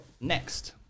next